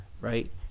right